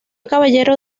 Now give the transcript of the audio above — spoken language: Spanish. caballero